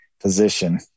position